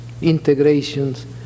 integrations